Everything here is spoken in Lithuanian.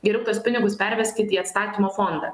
geriau tuos pinigus perveskit į atstatymo fondą